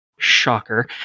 shocker